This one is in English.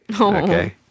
Okay